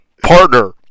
Partner